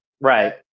right